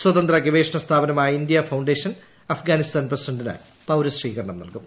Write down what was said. സ്ഥിത്ത് ഗവേഷണ സ്ഥാപനമായ India Foundation Afghanistan പ്രസിഡന്റിന് പൌരസ്വീകരണം നൽകും